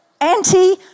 anti